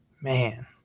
Man